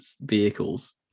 vehicles